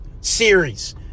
Series